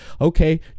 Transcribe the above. Okay